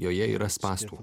joje yra spąstų